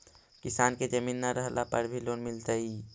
किसान के जमीन न रहला पर भी लोन मिलतइ?